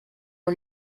ont